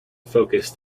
focus